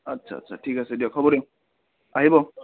আচ্ছা আচ্ছা ঠিক আছে আহিব